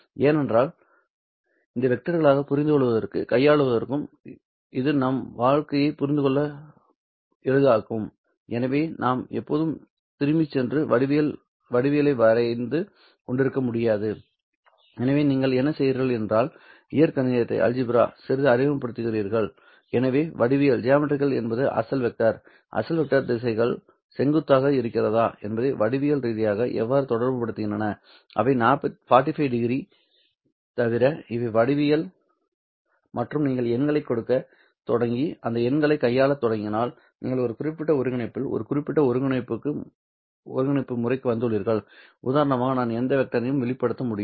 ஏனென்றால் இந்த வெக்டர்களைப் புரிந்துகொள்வதற்கும் கையாளுவதற்கும் இது நம் வாழ்க்கையை புரிந்துகொள்ள எளிதாக்கும் ஏனெனில் நாம் எப்போதும் திரும்பிச் சென்று வடிவியலை வரைந்து கொண்டிருக்க முடியாது எனவே நீங்கள் என்ன செய்கிறீர்கள் என்றால் இயற்கணிதத்தை சிறிது அறிமுகப்படுத்துகிறீர்கள் எனவே வடிவியல் என்பது அசல் வெக்டர் அசல் வெக்டர் திசைகள் செங்குத்தாக இருக்கிறதா என்பதை வடிவியல் ரீதியாக எவ்வாறு தொடர்பு படுத்துகின்றன அவை 45 டிகிரி தவிர இவை வடிவியல் மற்றும் நீங்கள் எண்களைக் கொடுக்கத் தொடங்கி அந்த எண்களைக் கையாளத் தொடங்கினால் நீங்கள் ஒரு குறிப்பிட்ட ஒருங்கிணைப்பில் ஒரு குறிப்பிட்ட ஒருங்கிணைப்பு முறைக்கு வந்துள்ளீர்கள் உதாரணமாக நான் எந்த வெக்டரையும் வெளிப்படுத்த முடியும்